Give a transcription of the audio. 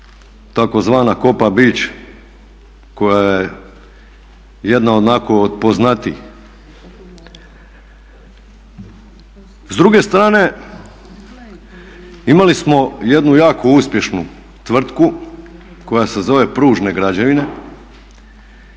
tzv. Kopa beach koja je jedna onako od poznatijih. S druge strane imali smo jednu jako uspješnu tvrtku koja se zove "Pružne građevine"